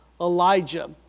Elijah